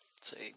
See